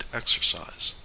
exercise